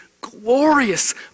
glorious